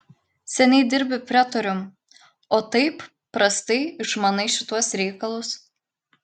seniai dirbi pretorium o taip prastai išmanai šituos reikalus